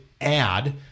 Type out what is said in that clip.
add